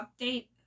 update